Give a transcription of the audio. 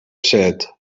said